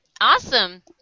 awesome